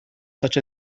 such